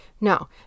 no